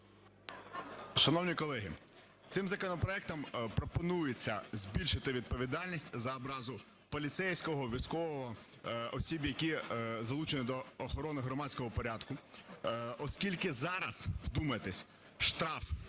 Шановні колеги, цим законопроектом пропонується збільшити відповідальність за образу поліцейського, військового, осіб, які залучені до охорони громадського порядку, оскільки зараз, вдумайтесь, штраф